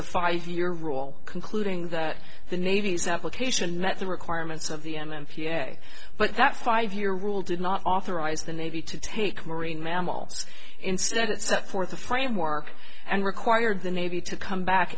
the five year rule concluding that the navy's application met the requirements of the m m p s a but that five year rule did not authorize the navy to take marine mammals instead it set forth a framework and required the navy to come back